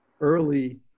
early